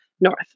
north